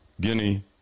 Guinea